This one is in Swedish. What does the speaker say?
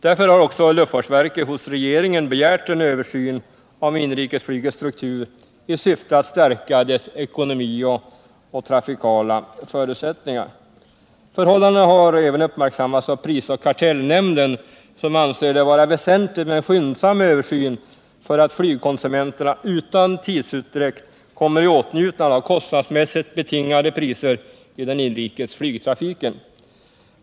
Därför har också luftfartsverket hos regeringen begärt en översyn av inrikesflygets struktur i syfte att stärka dess ekonomi och trafikmässiga förutsättningar. Förhållandena har även uppmärksammats av prisoch kartellnämnden, som anser det vara väsentligt med en skyndsam översyn för att flygkonsumenterna utan tidsutdräkt skall komma i åtnjutande av kostnadsmässigt betingade priser i den inrikes flygtrafiken.